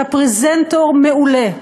אתה פרזנטור מעולה: